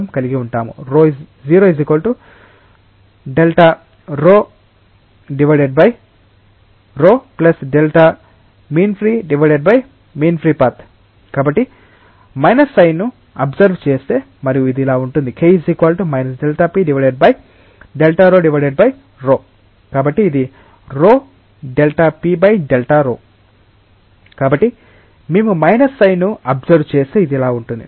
0 𝑑𝜌 𝑑∀ ∀ కాబట్టి మేము minus sign ను అబ్సర్వ్ చేస్తే మరియు ఇది ఇలా ఉంటుంది K Δp Δ𝜌 𝜌 కాబట్టి ఇది 𝜌 Δp Δ𝜌 కాబట్టి మేము మైనస్ సైన్ ను అబ్సర్వ్ చేస్తే ఇది ఇలా ఉంటుంది